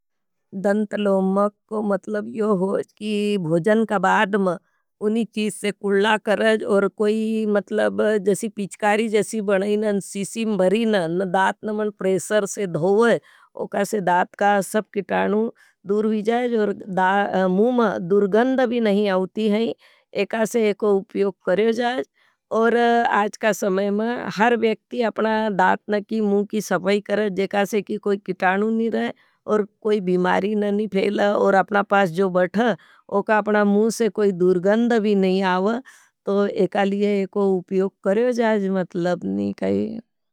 दन्तलोमक को मतलब यो होज की भोजन का बादम उनी चीज से कुला करज। और कोई मतलब जसी पीछकारी जसी बनाईन न शीशीं भरीन न दातनमन प्रेसर से धोवज उकासे दात का सब किताणू दूर ही जाज। और मूम दूरगंद भी नहीं आओती हैं एकासे एको उप्योक क करयो जाज। और आज का समय में हर व्यक्ति अपना दात न की मुँ की सभाई करें जेकासे कोई किताणू नहीं रहे। और कोई बिमारी न नहीं फेल और अपना पास जो बठह उका अपना मूँ से कोई दूरगंद भी नहीं आओती हैं। तो एकालिये एको उप्योक करयो जाज मतलब नहीं करें।